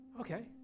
okay